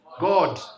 God